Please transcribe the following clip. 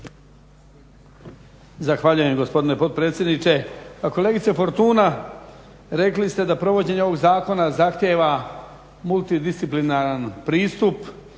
Zahvaljujem gospodine potpredsjedniče. Pa kolegice Fortuna, rekli ste da provođenje ovog zakona zahtijeva multidisciplinaran pristup